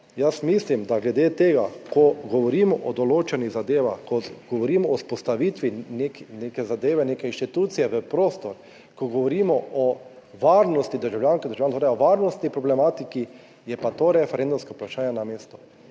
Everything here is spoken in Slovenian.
jaz mislim, da glede tega, ko govorimo o določenih zadevah, ko govorimo o vzpostavitvi neke zadeve, neke inštitucije v prostor, ko govorimo o varnosti državljank in državljanov, o varnostni problematiki je pa to referendumsko vprašanje na mestu.